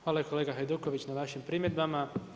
Hvala kolege Hajduković na vašim primjedbama.